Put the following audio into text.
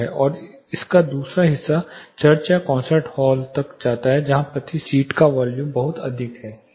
और इसका दूसरा हिस्सा चर्च या कॉन्सर्ट हॉल तक जाता है जहाँ प्रति सीट की वॉल्यूम बहुत अधिक है